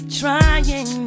trying